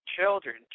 children